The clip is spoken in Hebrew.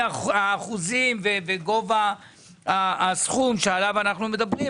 האחוזים וגובה הסכום שעליו אנחנו מדברים,